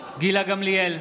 גילה גמליאל,